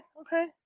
Okay